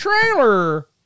trailer